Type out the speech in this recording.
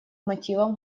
мотивам